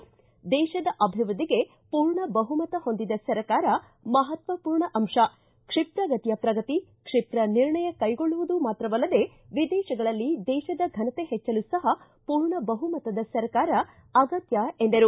ದೇತದ ಅಭಿವೃದ್ಧಿಗೆ ಪೂರ್ಣ ಬಹುಮತ ಹೊಂದಿದ ಸರ್ಕಾರ ಮಹತ್ವಪೂರ್ಣ ಅಂಶ ಕ್ಷಿಪ್ರ ಗತಿಯ ಪ್ರಗತಿ ಕ್ಷಿಪ್ರ ನಿರ್ಣಯ ಕೈಗೊಳ್ಳುವುದು ಮಾತ್ರವಲ್ಲದೆ ವಿದೇಶಗಳಲ್ಲಿ ದೇಶದ ಘನತೆ ಹೆಚ್ಚಲು ಸಹ ಪೂರ್ಣ ಬಹುಮತದ ಸರ್ಕಾರ ಅಗತ್ಯ ಎಂದರು